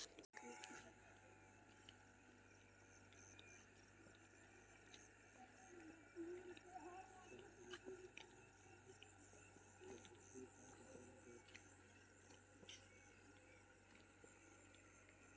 शैवाल पालन मत्स्य पालनक एकटा रूप होइत अछि